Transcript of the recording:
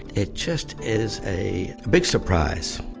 it just is a big surprise.